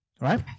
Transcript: Right